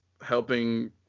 helping